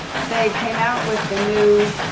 they came out with the new,